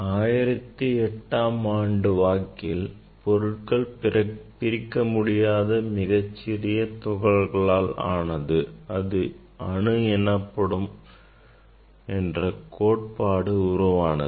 1800ஆம் ஆண்டுவாக்கில் பொருட்கள் பிளக்கமுடியாத மிகச் சிறிய துகள்களால் ஆனது அது அணு எனப்படும் என்ற கோட்பாடு உருவானது